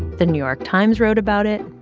the new york times wrote about it.